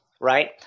right